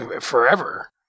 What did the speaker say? forever